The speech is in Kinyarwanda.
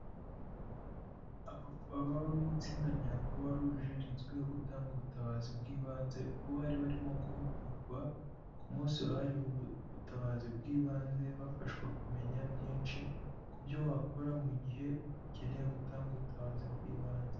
Ababa mu itsinda rya croixrouge rizwiho gutanga ubutabazi bw'ibanze ubwo bari barimo guhugurwa, ku munsi wahariwe ubutabazi bw'ibanze bafashwa kumenya byinshi ku byo wakora mu gihe ukeneye gutanga ubutabazi bw'ibanze.